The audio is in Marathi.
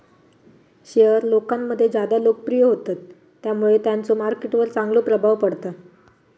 शेयर लोकांमध्ये ज्यादा लोकप्रिय होतत त्यामुळे त्यांचो मार्केट वर चांगलो प्रभाव पडता